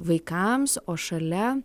vaikams o šalia